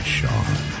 Sean